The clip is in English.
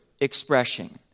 expression